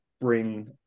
bring